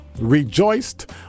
rejoiced